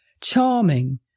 charming